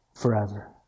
forever